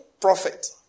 prophet